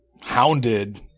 hounded